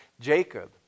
Jacob